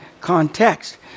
context